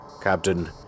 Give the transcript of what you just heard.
Captain